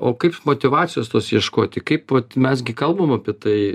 o kaip motyvacijos tos ieškoti kaip vat mes gi kalbam apie tai